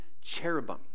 cherubim